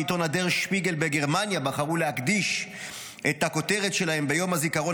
בעיתון דר שפיגל בגרמניה בחרו להקדיש את הכותרת שלהם ביום הזיכרון